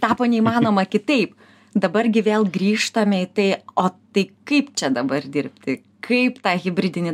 tapo neįmanoma kitaip dabar gi vėl grįžtame į tai o tai kaip čia dabar dirbti kaip tą hibridinį